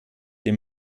dem